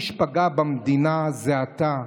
מי שפגע במדינה זה אתה,